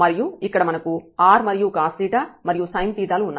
మరియు ఇక్కడ మనకు rమరియు cos మరియు sin లు ఉన్నాయి